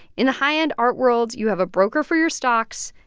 in a high-end art world, you have a broker for your stocks,